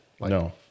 No